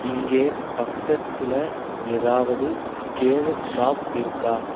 இங்கே பக்கத்தில் ஏதாவது கேனு ஷாப் இருக்கா